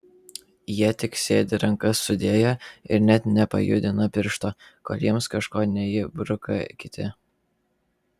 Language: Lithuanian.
jie tik sėdi rankas sudėję ir net nepajudina piršto kol jiems kažko neįbruka kiti